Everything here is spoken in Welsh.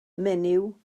menyw